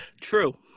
True